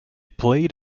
played